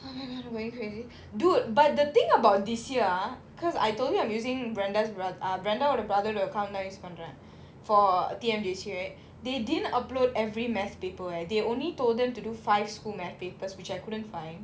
dude but the thing about this year ah because I told you I'm using brenda's bro~ ah brenda ஓட:oda brother ஓட:oda account னா:naa use பண்றேன்:pandraen for T_M_J_C right they didn't upload every mathematics paper eh they only told them to do five school mathematics papers which I couldn't find